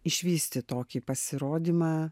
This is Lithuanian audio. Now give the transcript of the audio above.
išvysti tokį pasirodymą